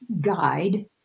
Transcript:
guide